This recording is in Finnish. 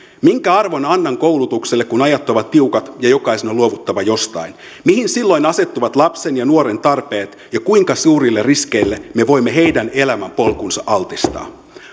minkä arvon annan koulutukselle kun ajat ovat tiukat ja jokaisen on luovuttava jostain mihin silloin asettuvat lapsen ja nuoren tarpeet ja kuinka suurille riskeille me voimme heidän elämänpolkunsa altistaa